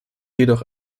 jedoch